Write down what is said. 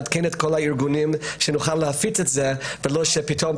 לעדכן את כל הארגונים כדי שנוכל להפיץ את זה ולא שפתאום,